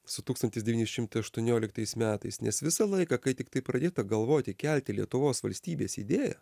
su tūkstantis devyni šimtai aštuonioliktais metais nes visą laiką kai tiktai pradėta galvoti kelti lietuvos valstybės idėją